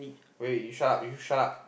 wait you shut up you shut up